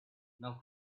now